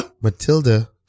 Matilda